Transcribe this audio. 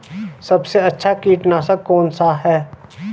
सबसे अच्छा कीटनाशक कौन सा है?